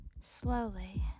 Slowly